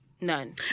None